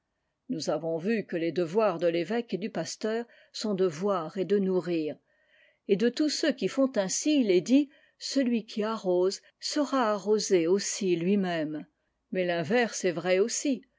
nous avons vu que les devoirs de l'évêque et du pasteur sont de voir et de nourrir et de tous ceux qui font ainsi il est dit celui qui arrose sera arrosé aussi lui-même mais l'inverse est vrai aussi